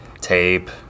tape